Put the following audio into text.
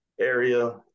area